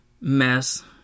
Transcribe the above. mess